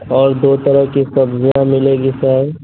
اور دو طرح کی سبزیاں ملیں گی سر